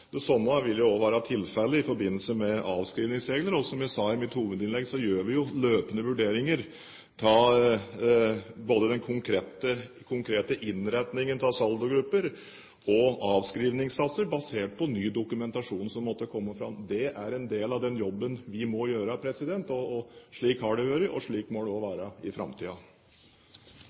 være tilfellet i forbindelse med avskrivningsregler. Som jeg sa i mitt hovedinnlegg, gjør vi løpende vurderinger av både den konkrete innretningen av saldogrupper og avskrivningssatser basert på ny dokumentasjon som måtte komme fram. Det er en del av den jobben vi må gjøre. Slik har det vært, og slik må det også være i